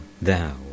Thou